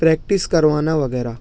practice کروانا وغیرہ